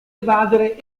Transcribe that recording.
evadere